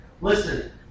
Listen